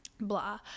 blah